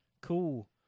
Cool